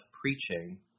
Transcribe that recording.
preaching